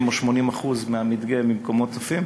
70% או 80% מהמדגה ממקומות נוספים,